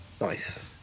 Nice